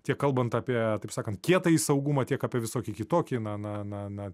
tiek kalbant apie taip sakant kietąjį saugumą tiek apie visokį kitokį na na na na